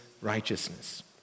Righteousness